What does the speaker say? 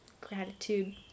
gratitude